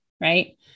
right